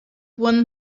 one